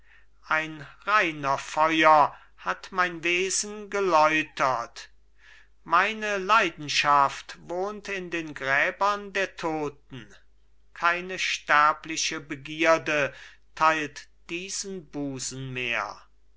ein reiner feuer hat mein wesen geläutert meine leidenschaft wohnt in den gräbern der toten keine sterbliche begierde teilt diesen busen mehr